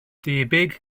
debyg